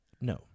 no